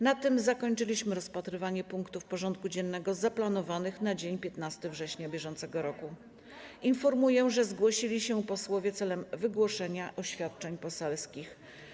Na tym zakończyliśmy rozpatrywanie punktów porządku dziennego zaplanowanych na dzień 15 września br. Informuję, że zgłosili się posłowie celem wygłoszenia oświadczeń poselskich.